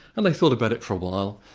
and they thought about it for a while,